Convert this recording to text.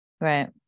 Right